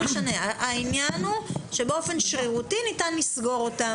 העניין הוא שבאופן שרירותי ניתן לסגור אותן.